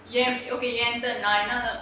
ஏன்:yaen okay ஏன்:yaen